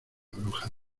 bruja